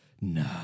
No